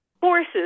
forces